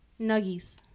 Nuggies